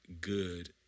good